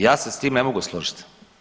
Ja se s tim ne mogu složit.